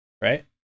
right